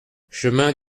chemin